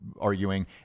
arguing